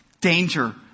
danger